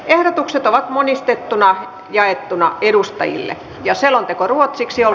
ehdotukset on monistettuna jaettu edustajille ja selonteko ruotsiksi